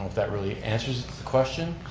that really answers the question.